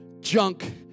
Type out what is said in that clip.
junk